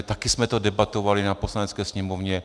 Také jsme to debatovali na Poslanecké sněmovně.